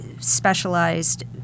specialized